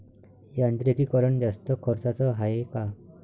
यांत्रिकीकरण जास्त खर्चाचं हाये का?